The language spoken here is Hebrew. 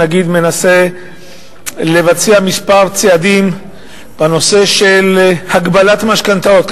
שהנגיד מנסה לבצע כמה צעדים בנושא הגבלת משכנתאות,